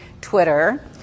twitter